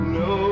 no